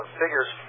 figures